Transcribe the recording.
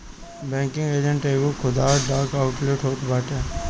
banking agent एगो खुदरा डाक आउटलेट होत बाटे